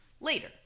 later